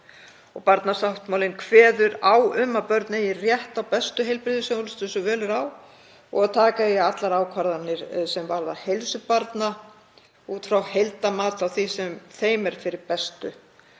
Barnasáttmálinn kveður á um að börn eigi rétt á bestu heilbrigðisþjónustu sem völ er á og að taka eigi allar ákvarðanir sem varða heilsu barna út frá heildarmati á því sem þeim er fyrir bestu.